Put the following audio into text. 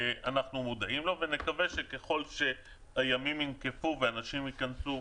אנחנו מודעים לו ונקווה שככל שהימים ינקפו ואנשים ייכנסו,